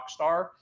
Rockstar